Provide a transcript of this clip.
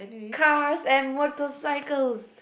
cars and motorcycles